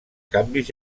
canvis